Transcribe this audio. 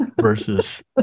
versus